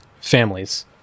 families